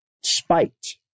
spiked